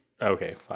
Okay